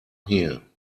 here